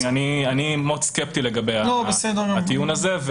אני מאוד סקפטי לגבי הטיעון הזה.